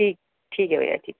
ٹھیک ٹھیک ہے بھیا ٹھیک